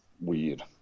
weird